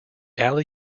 alley